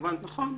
נכון.